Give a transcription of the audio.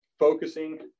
focusing